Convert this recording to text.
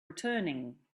returning